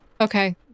Okay